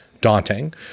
daunting